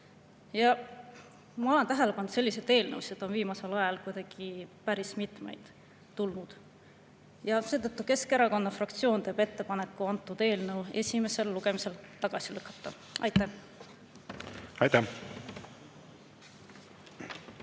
Ma olen tähele pannud, et selliseid eelnõusid on viimasel ajal kuidagi päris mitmeid tulnud. Ja seetõttu Keskerakonna fraktsioon teeb ettepaneku eelnõu esimesel lugemisel tagasi lükata. Aitäh! Aitäh!